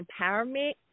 empowerment